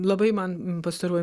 labai man pastaruoju